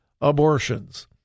abortions